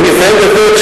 ואני אסיים בזה.